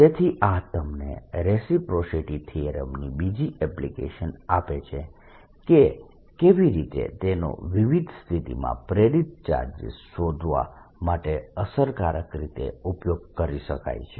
તેથી આ તમને રેસિપ્રોસિટી થીયરમની બીજી એપ્લિકેશન આપે છે કે કેવી રીતે તેનો વિવિધ સ્થિતિઓમાં પ્રેરિત ચાર્જીસ શોધવા માટે અસરકારક રીતે ઉપયોગ કરી શકાય છે